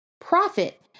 profit